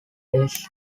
days